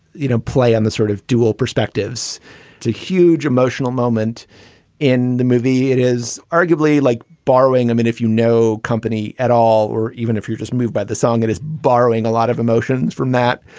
you know, play on the sort of dual perspectives to huge emotional moment in the movie. it is arguably like borrowing. i mean, if you know, company at all or even if you just move by the song, it is borrowing a lot of emotions from that.